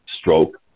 stroke